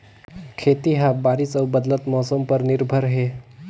खेती ह बारिश अऊ बदलत मौसम पर निर्भर हे